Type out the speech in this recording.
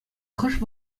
хӑш